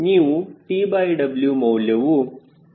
ನೀವು TW ಮೌಲ್ಯವು 0